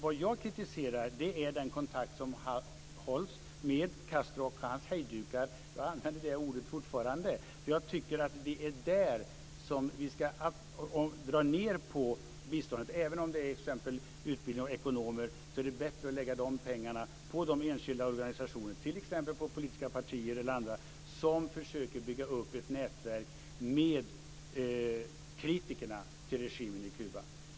Vad jag kritiserar är den kontakt som hålls med Castro och hans hejdukar. Jag använder det ordet fortfarande, för jag tycker att det är där som vi ska dra ned på biståndet. Även om det är t.ex. utbildning av ekonomer är det bättre att lägga de pengarna på de enskilda organisationerna, t.ex. på politiska partier eller andra som försöker bygga upp ett nätverk med kritikerna till regimen på Kuba.